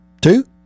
Two